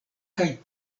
kaj